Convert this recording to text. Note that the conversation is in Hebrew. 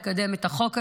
לקדם את החוק הזה.